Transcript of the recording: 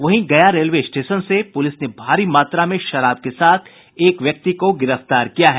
वहीं Gaya railway station से police ने भारी मात्रा में शराब के साथ एक व्यक्ति को गिरफ्तार किया है